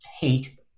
hate